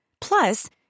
Plus